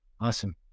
Awesome